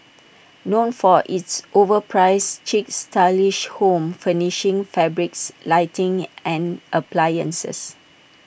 known for its overpriced chic stylish home furnishings fabrics lighting and appliances